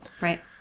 Right